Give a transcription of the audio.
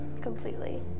completely